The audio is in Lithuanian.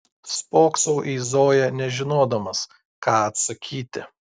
spoksau į zoją nežinodamas ką atsakyti